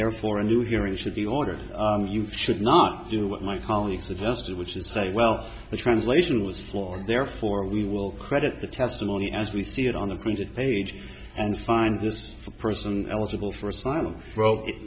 therefore a new hearing should be ordered you should not do what my colleague suggested which is say well the translation was for therefore we will credit the testimony as we see it on a printed page and find this person eligible for asylum wrote i